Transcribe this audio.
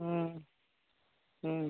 ହୁଁ ହୁଁ